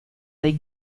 they